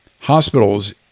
Hospitals